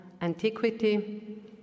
antiquity